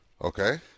okay